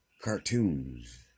Cartoons